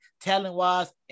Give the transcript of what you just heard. talent-wise